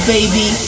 baby